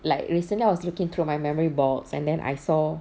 like recently I was looking through my memory box and then I saw